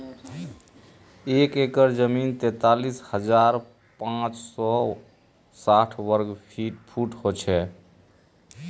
एक एकड़ जमीन तैंतालीस हजार पांच सौ साठ वर्ग फुट हो छे